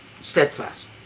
steadfast